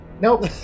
Nope